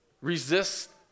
Resist